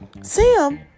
Sam